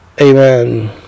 Amen